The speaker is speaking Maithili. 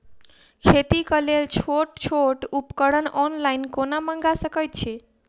खेतीक लेल छोट छोट उपकरण ऑनलाइन कोना मंगा सकैत छी?